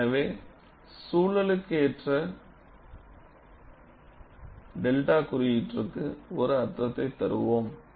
எனவே சூழலுக்கேற்றவாறு 𝚫 குறியீட்டிற்கு ஒரு அர்த்த்ததை தருவோம்